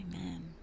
Amen